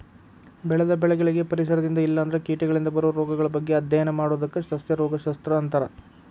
ಬೆಳೆದ ಬೆಳಿಗಳಿಗೆ ಪರಿಸರದಿಂದ ಇಲ್ಲಂದ್ರ ಕೇಟಗಳಿಂದ ಬರೋ ರೋಗಗಳ ಬಗ್ಗೆ ಅಧ್ಯಯನ ಮಾಡೋದಕ್ಕ ಸಸ್ಯ ರೋಗ ಶಸ್ತ್ರ ಅಂತಾರ